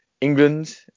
England